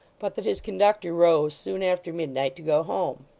but that his conductor rose soon after midnight, to go home